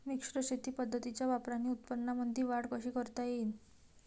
मिश्र शेती पद्धतीच्या वापराने उत्पन्नामंदी वाढ कशी करता येईन?